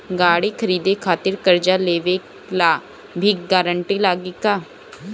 गाड़ी खरीदे खातिर कर्जा लेवे ला भी गारंटी लागी का?